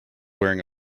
wearing